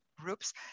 groups